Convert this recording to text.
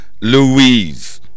Louise